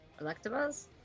Electabuzz